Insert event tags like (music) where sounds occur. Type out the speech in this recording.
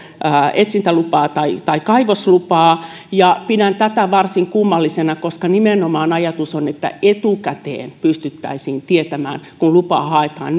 etsintälupaa tai tai kaivoslupaa pidän tätä varsin kummallisena koska ajatus on nimenomaan että etukäteen pystyttäisiin tietämään kun lupaa haetaan (unintelligible)